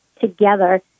together